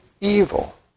evil